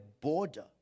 border